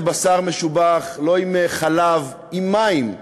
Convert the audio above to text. משובח, לא עם חלב, עם מים,